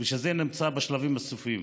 ושזה נמצא בשלבים הסופיים.